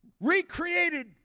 recreated